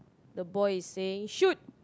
the boy is saying shoot